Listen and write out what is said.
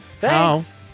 Thanks